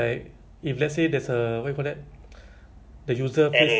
like macam need to find the what they call it the the root cause analysis